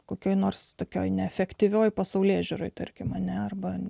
kokioje nors tokioje neefektyvioje pasaulėžiūroje tarkim mane arba